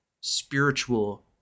spiritual